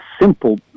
simple